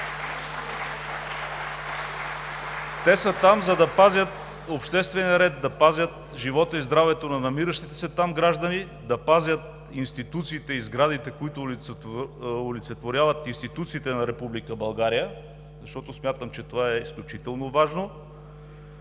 Те са там, за да пазят обществения ред, да пазят живота и здравето на намиращите се там граждани, да пазят институциите и сградите, които олицетворяват институциите на Република България, защото смятам, че това е изключително важно,